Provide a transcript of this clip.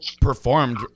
performed –